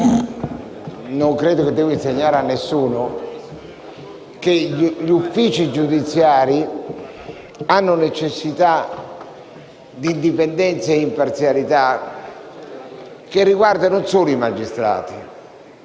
infatti, di dover insegnare a nessuno che gli uffici giudiziari hanno necessità di indipendenza e imparzialità, che riguardano non solo i magistrati